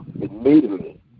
immediately